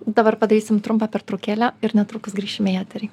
dabar padarysim trumpą pertraukėlę ir netrukus grįšime į eterį